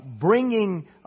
bringing